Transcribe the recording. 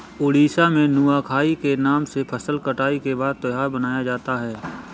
उड़ीसा में नुआखाई के नाम से फसल कटाई के बाद त्योहार मनाया जाता है